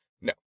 No